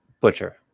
butcher